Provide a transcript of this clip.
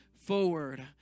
forward